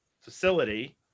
facility